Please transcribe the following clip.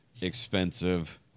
expensive